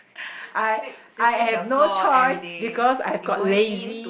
I I have no choice because I got lazy